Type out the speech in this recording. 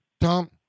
Tom